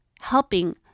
helping